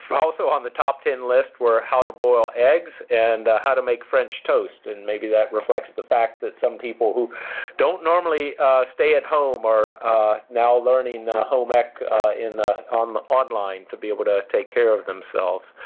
also on the top ten list were how to boil eggs and how to make french toast and maybe that reflects the fact that some people who don't normally stay at home are now learning home ec in um online to be able to take care of themselves.